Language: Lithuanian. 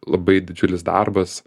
labai didžiulis darbas